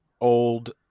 old